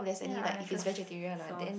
ya I have the sauce